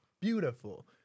beautiful